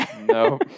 No